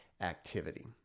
activity